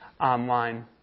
online